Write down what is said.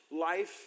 life